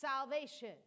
salvation